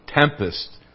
tempest